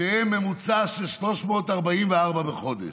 שהם ממוצע של 344 בחודש,